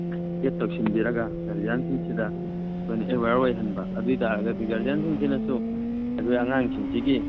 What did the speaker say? ꯑꯦꯗ ꯇꯧꯁꯤꯟꯕꯤꯔꯒ ꯒꯥꯔꯖꯤꯌꯟꯁꯤꯡꯁꯤꯗ ꯑꯩꯈꯣꯏꯅ ꯑꯦꯋ꯭ꯌꯥꯔ ꯑꯣꯏꯍꯟꯕ ꯑꯗꯨꯏ ꯇꯥꯔꯒꯗꯤ ꯒꯥꯔꯖꯤꯌꯟꯁꯤꯡꯅꯁꯨ ꯑꯩꯈꯣꯏ ꯑꯉꯥꯡꯁꯤꯡꯁꯤꯒꯤ